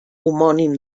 homònim